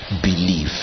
believe